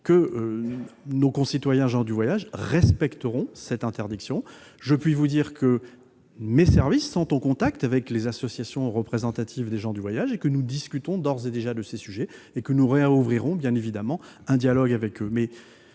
que nos concitoyens gens du voyage respecteront cette interdiction. Je puis vous dire que mes services sont en contact avec les associations représentatives des gens du voyage et que nous discutons d'ores et déjà de ces sujets. Nous continuerons, bien évidemment, à dialoguer avec eux.